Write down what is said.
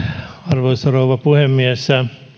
arvoisa rouva puhemies